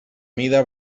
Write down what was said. mida